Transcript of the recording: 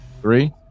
three